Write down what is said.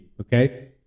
okay